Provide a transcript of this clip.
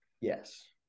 yes